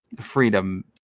freedom